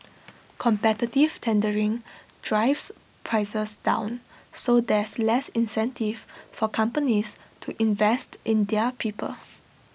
competitive tendering drives prices down so there's less incentive for companies to invest in their people